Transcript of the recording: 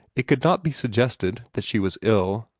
it could not be suggested that she was ill.